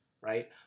right